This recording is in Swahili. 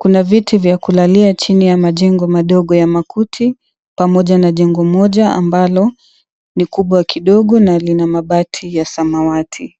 Kuna viti vya kulalia chini ya majengo madogo ya makuti. Pamoja na jengo moja ambalo ni kubwa kidogo na lina mabati ya samawati.